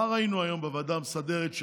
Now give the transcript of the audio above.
מה ראינו היום בוועדה המסדרת,